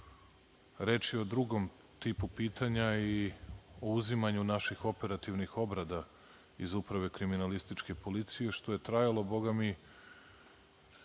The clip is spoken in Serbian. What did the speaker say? Reč je o drugom tipu pitanja i o uzimanju naših operativnih obrada iz Uprave kriminalističke policije, što je trajalo, Boga mi,